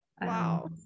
wow